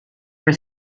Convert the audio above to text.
her